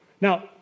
Now